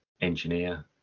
engineer